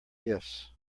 gifts